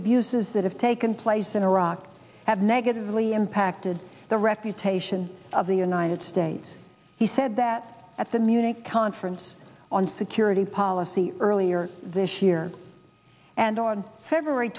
abuses that have taken place in iraq have negatively impacted the reputation of the united states he said that at the munich conference on security policy earlier this year and on february